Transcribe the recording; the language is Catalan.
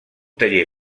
taller